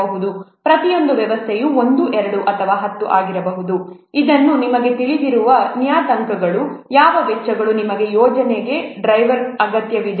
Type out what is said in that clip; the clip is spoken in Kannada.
ಪ್ರತಿಯೊಂದು ವ್ಯವಸ್ಥೆಯು 1 2 ಅಥವಾ 10 ಆಗಿರಬಹುದು ಅದು ನಿಮಗೆ ತಿಳಿದಿರುವ ನಿಯತಾಂಕಗಳು ಯಾವ ವೆಚ್ಚಗಳು ನಿಮ್ಮ ಯೋಜನೆಗೆ ಡ್ರೈವರ್ ಅಗತ್ಯವಿದೆ